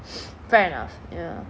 fair enough ya